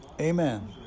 Amen